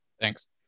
thanks